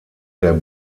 der